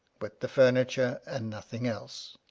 with the furniture, and nothing else.